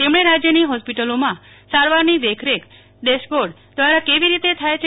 તેમણે રાજયની હોસ્પિટલોમાં સારવારની દેખરેખ ડેશબોડ દવારા કેવી રીતે થાય છે